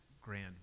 grand